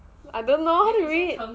I don't know how to read